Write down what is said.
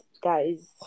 guys